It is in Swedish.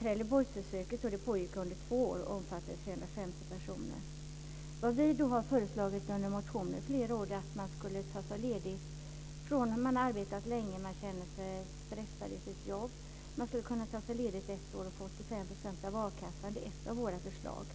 Trelleborgsförsöket pågick under 2 år och omfattade 350 personer. Vi har i motioner under flera år föreslagit att man ska kunna ta ledigt under ett år och få 85 % av akassan om man har arbetat länge och känner sig stressad i sitt jobb. Det är ett av våra förslag.